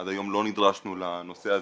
עד היום לא נדרשנו לנושא הזה.